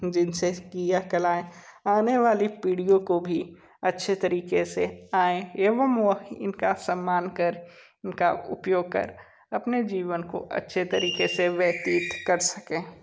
जिनसे कि यह कलाएँ आने वाली पीढ़ियों को भी अच्छे तरीके से आएँ एवं वह इनका सम्मान कर इनका उपयोग कर अपने जीवन को अच्छे तरीके से व्यतीत कर सकें